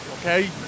Okay